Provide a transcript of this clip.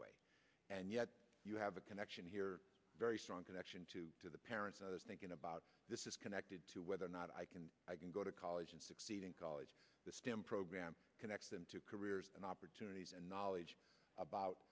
way and yet you have a connection here very strong connection to the parents i was thinking about this is connected to whether or not i can go to college and succeed in college the program connects them to careers and opportunities and knowledge about